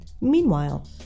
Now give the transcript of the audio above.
Meanwhile